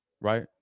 right